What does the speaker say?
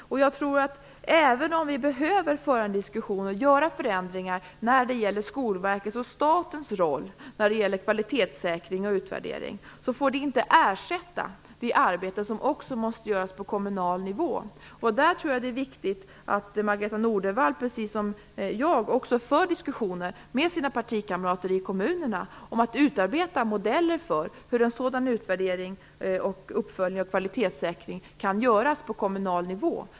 Även om vi behöver föra en diskussion om och genomföra förändringar av Skolverkets och statens roll när det gäller kvalitetssäkring och utvärdering får det inte ersätta det arbete som också måste göras på kommunal nivå. Jag tror att det är viktigt att Margareta Nordenvall, precis som jag, för diskussioner med sina partikamrater i kommunerna om att utarbeta modeller för hur en sådan utvärdering, uppföljning och kvalitetssäkring kan göras på kommunal nivå.